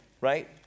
right